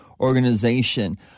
organization